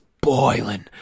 boiling